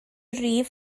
rif